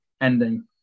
ending